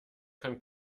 kann